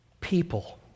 people